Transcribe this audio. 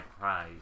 prize